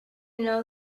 know